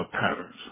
patterns